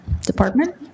department